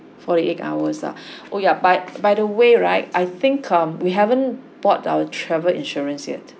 four to eight hours ah oh yeah but by the way right I think um we haven't bought our travel insurance yet